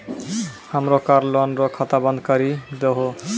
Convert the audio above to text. हमरो car loan रो खाता बंद करी दहो